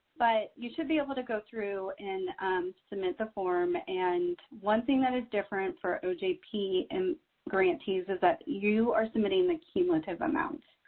but you should be able to go through and submit the form. and one thing that is different for ojp and grantees is that you are submitting the cumulative amounts.